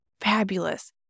fabulous